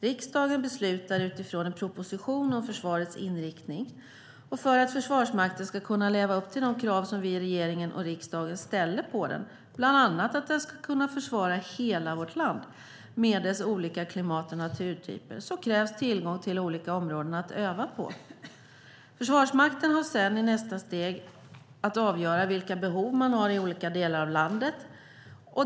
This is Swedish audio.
Riksdagen beslutar utifrån en proposition om försvarets inriktning. För att Försvarsmakten ska kunna leva upp till de krav som vi i regeringen och riksdagen ställer på den, bland annat att den ska kunna försvara hela vårt land med dess olika klimat och naturtyper, krävs tillgång till olika områden att öva på. Försvarsmakten har sedan i nästa steg att avgöra vilka behov man har i olika delar av landet.